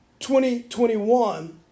2021